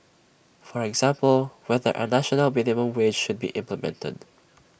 for example whether A national minimum wage should be implemented